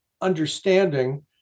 understanding